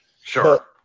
Sure